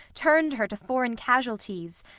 turn'd her to foreign casualties,